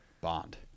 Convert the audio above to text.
Bond